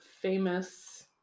famous